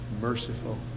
merciful